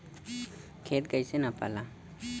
खेत कैसे नपाला?